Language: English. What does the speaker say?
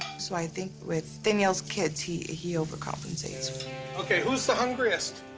so i think with danielle's kids, he he overcompensates. ok, who's the hungriest?